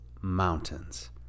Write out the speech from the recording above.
mountains